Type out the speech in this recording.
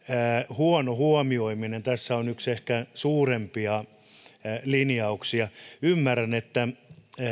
huono huomioiminen tässä on yksi ehkä suurempia linjauksia ymmärrän että